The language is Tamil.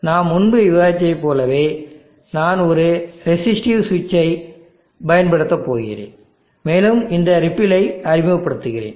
நாம் முன்பு விவாதித்ததைப் போலவே நான் ஒரு ரெசிஸ்டிவ் ஸ்விட்சரைப் பயன்படுத்தப் போகிறேன் மேலும் இந்த ரிப்பிள்ளை அறிமுகப்படுத்துகிறேன்